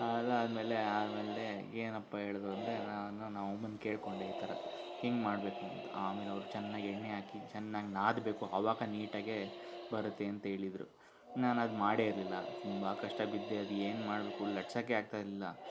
ಅದು ಆದಮೇಲೆ ಆಮೇಲೆ ಏನಪ್ಪ ಹೇಳಿದ್ರೆಂದರೆ ನಾನು ನಮ್ಮಮ್ಮನ್ನ ಕೇಳಿಕೊಂಡೆ ಈ ಥರ ಹಿಂಗೆ ಮಾಡಬೇಕು ಅಂತ ಆಮೇಲೆ ಅವರು ಚೆನ್ನಾಗಿ ಎಣ್ಣೆ ಹಾಕಿ ಚೆನ್ನಾಗಿ ನಾದಬೇಕು ಅವಾಗ ನೀಟಾಗೆ ಬರುತ್ತೆ ಅಂತ ಹೇಳಿದರು ನಾನು ಅದು ಮಾಡೆಯಿರಲಿಲ್ಲ ತುಂಬ ಕಷ್ಟ ಬಿದ್ದೆ ಅದೇನು ಮಾಡಬೇಕು ಲಟ್ಟಿಸೋಕೆ ಆಗ್ತಾಯಿರಲಿಲ್ಲ